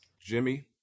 jimmy